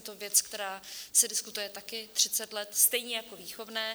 Je to věc, která se diskutuje také 30 let, stejně jako výchovné.